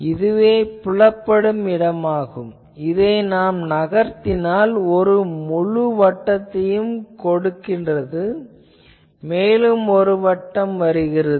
இதுவே புலப்படும் இடமாகும் இதை நகர்த்தினால் ஒரு முழு வட்டத்தையும் நகர்த்துகிறது மேலும் ஒரு வட்டம் வருகிறது